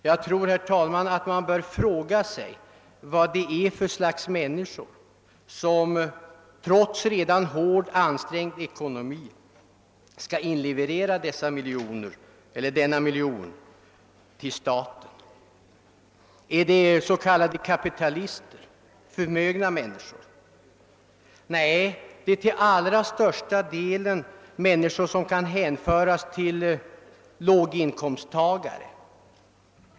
Jag tror, herr talman, att man bör fråga sig var det är för slags människor som trots redan hårt ansträngd ekonomi skall inleverera denna miljon till staten. Är det s.k. kapitalister, förmögna människor? Nej, det är till allra största delen människor som kan hänföras till gruppen låginkomsttagare.